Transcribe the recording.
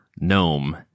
gnome